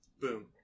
boom